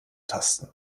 tasten